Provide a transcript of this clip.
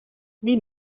wie